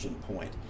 point